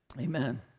Amen